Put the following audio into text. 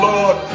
Lord